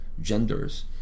genders